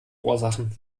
ursachen